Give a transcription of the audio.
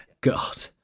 God